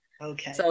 Okay